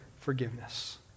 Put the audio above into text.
forgiveness